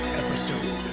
episode